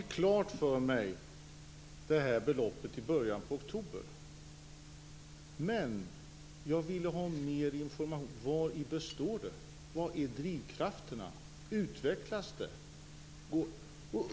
Fru talman! Jag fick det här beloppet klart för mig i början av oktober. Men jag ville ha mer information om vadi det bestod. Vilka är drivkrafterna? Utvecklas det?